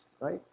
right